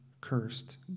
cursed